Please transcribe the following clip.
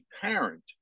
parent